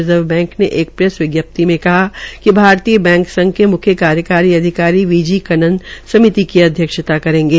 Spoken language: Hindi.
रिज़र्व बैंक ने एक प्रैस विज्ञाप्ति में कहा कि भारतीय बैंक संघ के मुख्य कार्यकारी अधिकारी वी जी कन्नन समिति की अध्यक्षता करेंगे